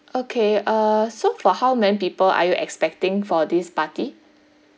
okay uh so for how many people are you expecting for this party